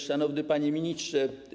Szanowny Panie Ministrze!